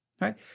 right